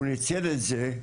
הוא ניצל את זה,